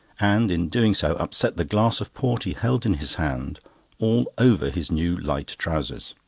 and in doing so, upset the glass of port he held in his hand all over his new light trousers.